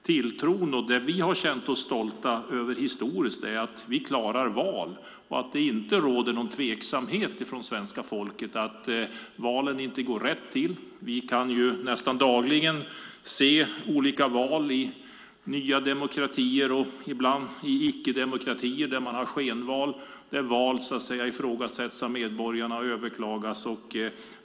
Historiskt har vi känt oss stolta över och känt tilltro till att vi klarar val och att det inte råder någon tveksamhet om att valen går rätt till. Vi kan nästan dagligen följa olika val i nya demokratier och skenval i icke-demokratier där valen ifrågasätts och överklagas.